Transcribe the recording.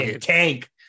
Tank